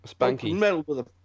Spanky